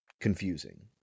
confusing